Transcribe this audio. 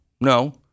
no